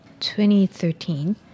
2013